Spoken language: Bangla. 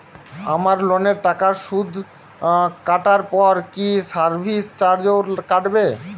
আমার লোনের টাকার সুদ কাটারপর কি সার্ভিস চার্জও কাটবে?